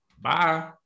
Bye